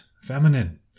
Feminine